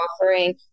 offering